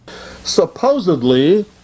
Supposedly